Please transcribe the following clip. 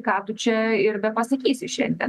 ką tu čia ir bepasakysi šiandien